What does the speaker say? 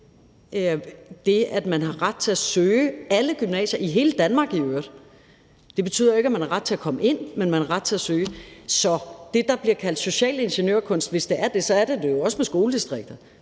det, at man har ret til at søge alle gymnasier i hele Danmark i øvrigt. Det betyder jo ikke, at man har ret til at komme ind, men man har ret til at søge. Så hvis det, der bliver kaldt social ingeniør-kunst, er det, er det jo også med skoledistrikter,